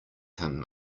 him